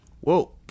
Whoa